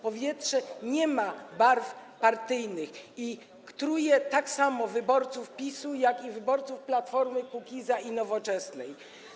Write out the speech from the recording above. Powietrze nie ma barw partyjnych i truje tak samo wyborców PiS-u, jak i wyborców Platformy, Kukiza i Nowoczesnej.